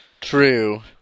true